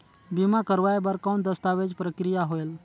बीमा करवाय बार कौन दस्तावेज प्रक्रिया होएल?